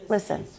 Listen